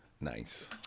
Nice